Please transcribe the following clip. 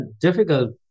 difficult